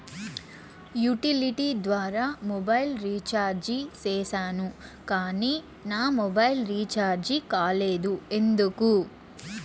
Utility ద్వారా mobile recharge సేసాను కానీ నా మొబైల్ రీచార్జి కాలేదు ఎందుకు?